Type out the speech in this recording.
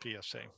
PSA